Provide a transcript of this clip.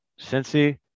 Cincy